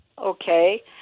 Okay